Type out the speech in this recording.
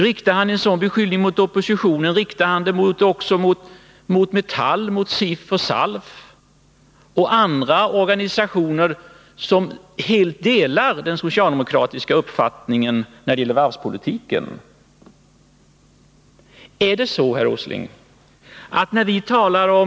Riktar han en sådan beskyllning inte bara mot oppositionen, utan också mot Metall, SIF, SALF och andra organisationer som helt delar den socialdemokratiska uppfattningen när det gäller varvspolitiken så måste han tala om vad han menar — vad det är för spel han talar om?